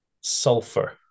sulfur